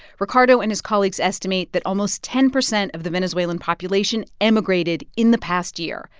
ricardo and his colleagues estimate that almost ten percent of the venezuelan population emigrated in the past year.